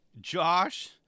Josh